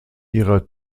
ihrer